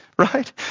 right